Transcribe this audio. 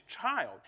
child